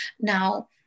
Now